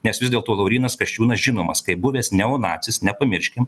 nes vis dėlto laurynas kasčiūnas žinomas kaip buvęs neonacis nepamirškim